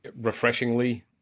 refreshingly